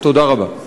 תודה רבה.